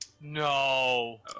No